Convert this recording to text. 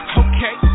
okay